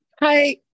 Hi